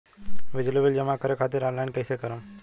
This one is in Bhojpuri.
बिजली बिल जमा करे खातिर आनलाइन कइसे करम?